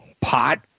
pot